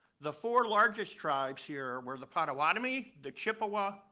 the four largest tribes here were the potawatomi, the chippewa,